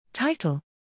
Title